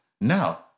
Now